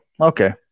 Okay